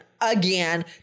again